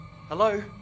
Hello